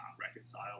reconcile